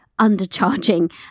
undercharging